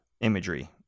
imagery